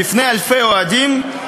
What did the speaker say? בפני אלפי אוהדים,